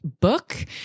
book